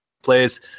plays